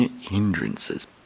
hindrances